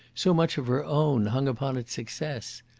so much of her own, hung upon its success.